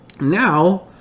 Now